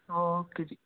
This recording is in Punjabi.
ਓਕੇ ਜੀ